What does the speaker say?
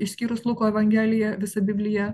išskyrus luko evangeliją visą bibliją